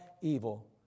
evil